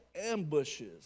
ambushes